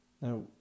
Now